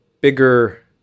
bigger